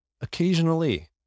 Occasionally